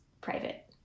private